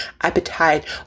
appetite